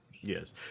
Yes